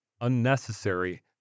unnecessary